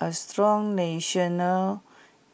A strong national